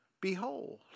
behold